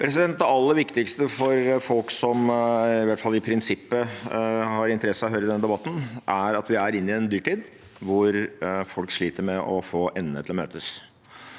aller vik- tigste for folk som i hvert fall i prinsippet har interesse av å høre denne debatten, er at vi er inne i en dyrtid hvor folk sliter med å få endene til å møtes.